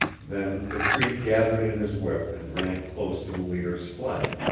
then the cree gathered in his whip and ran close to the leader's flank,